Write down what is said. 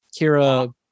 Kira